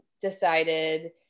decided